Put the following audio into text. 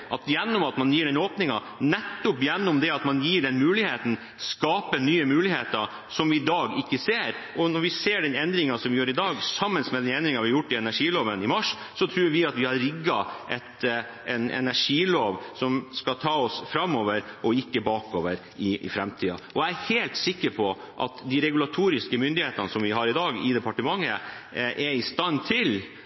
gjennom at man gir den åpningen, gjennom at man gir den muligheten, skapes nye muligheter som vi i dag ikke ser – og når vi ser den endringen som vi gjør i dag, sammen med den endringen vi gjorde i energiloven i mars, tror vi at vi har rigget en energilov som skal ta oss framover og ikke bakover i framtiden. Jeg er helt sikker på at de regulatoriske myndighetene som vi har i dag i departementet,